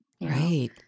Right